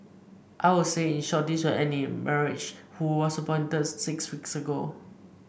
I would say in short this will end in marriage who was appointed six weeks ago